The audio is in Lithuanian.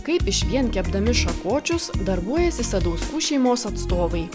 kaip išvien kepdami šakočius darbuojasi sadauskų šeimos atstovai